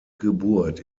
geburt